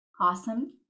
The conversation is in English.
Awesome